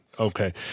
Okay